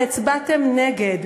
והצבעתם נגד.